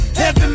heaven